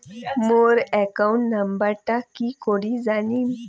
মোর account নাম্বারটা কি করি জানিম?